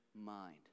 mind